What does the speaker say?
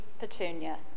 Petunia